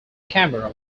camera